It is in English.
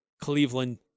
Cleveland